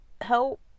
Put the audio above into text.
help